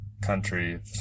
country